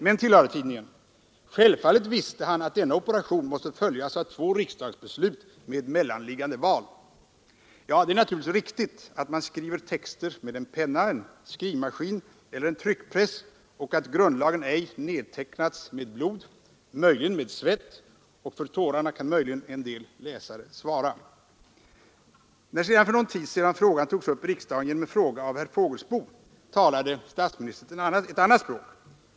Men — tillade tidningen — självfallet visste han att denna operation måste följas av två riksdagsbeslut med mellanliggande val. Ja, det är naturligtvis riktigt att man skriver texter med en penna, en skrivmaskin eller en tryckpress och att grundlagen ej nedtecknats med blod, möjligen med svett. För tårarna kan möjligen en del läsare svara. När sedan för någon tid sedan frågan togs upp i riksdagen genom en fråga av herr Fågelsbo, då talade statsministern ett annat språk.